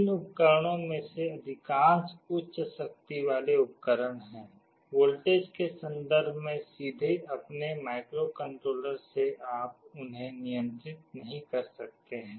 इन उपकरणों में से अधिकांश उच्च शक्ति वाले उपकरण हैं वोल्टेज के संदर्भ में सीधे अपने माइक्रोकंट्रोलर से आप उन्हें नियंत्रित नहीं कर सकते हैं